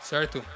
Certo